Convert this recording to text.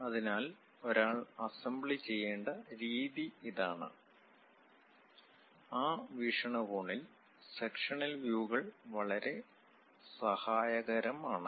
അതിനാൽ ഒരാൾ അസംബ്ലി ചെയ്യേണ്ട രീതി ഇതാണ് ആ വീക്ഷണകോണിൽ സെക്ഷനൽ വ്യൂ കൾ വളരെ സഹായകരമാണ്